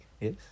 yes